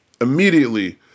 immediately